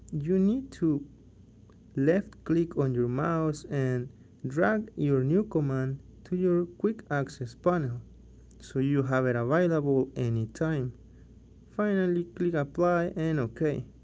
you need to left-click on your mouse and drag your new command to your quick access panel so you have it available anytime finally, click apply and ok.